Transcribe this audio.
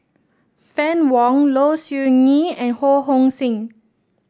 Fann Wong Low Siew Nghee and Ho Hong Sing